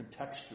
contextual